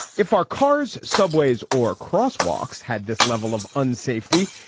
if our cars, subways or crosswalks had this level of unsafety,